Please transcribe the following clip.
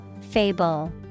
Fable